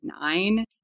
nine